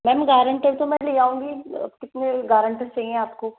ma'am guarantor तो मैं ले आऊंगी कितने गारेंटर चाहिएं आपको